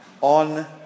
on